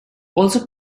also